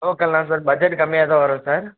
லோக்கல்னா sir budget கம்மியாக தான் வரும் சார்